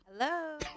Hello